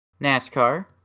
NASCAR